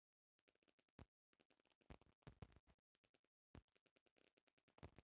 बहुत सारा लोग चाय अउरी कॉफ़ी के खेती करेला